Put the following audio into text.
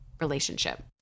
relationship